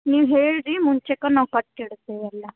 ನೀವು ಹೇಳಿರಿ ಮುಂಚೆಕ್ಕು ನಾವು ಕಟ್ಟಿ ಇಡ್ತೇವೆ ಎಲ್ಲ